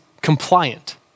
compliant